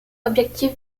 objectif